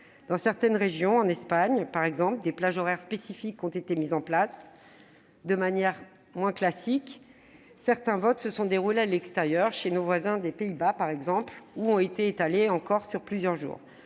Dans certaines régions, notamment en Espagne, des plages horaires spécifiques ont été mises en place. De manière moins classique, certains votes se sont déroulés à l'extérieur, par exemple chez nos voisins des Pays-Bas, ou ont été étalés sur plusieurs jours.